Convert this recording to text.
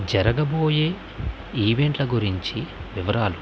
జరగబోయే ఈవెంట్ల గురించి వివరాలు